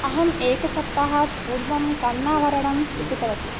अहम् एकसप्ताहात् पूर्वं कर्णाभरणं स्वीकृतवती